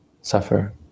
suffer